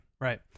right